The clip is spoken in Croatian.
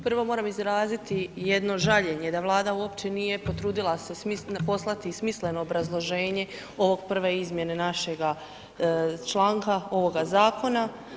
Prvo moram izraziti jedno žaljenje da Vlada uopće nije potrudila se smisliti, poslati smisleno obrazloženje ovog prve izmjene našega članka ovoga zakona.